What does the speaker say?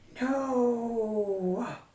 No